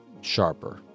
sharper